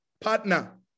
partner